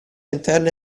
interne